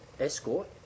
escort